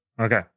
Okay